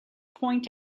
point